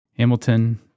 Hamilton